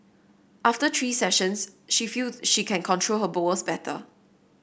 after three sessions she feel she can control her bowels better